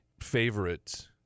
favorite